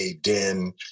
den